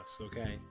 okay